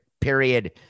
period